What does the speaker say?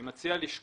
אני מציע לשקול,